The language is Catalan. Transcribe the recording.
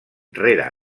rere